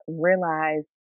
realize